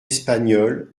espagnole